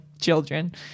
children